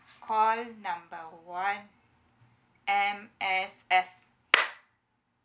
call number one M_S_F